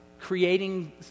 Creating